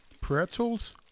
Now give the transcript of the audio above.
Pretzels